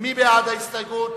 מי בעד ההסתייגות?